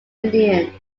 indian